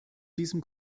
diesem